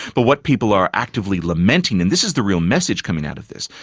but what people are actively lamenting, and this is the real message coming out of this,